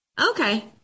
Okay